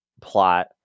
plot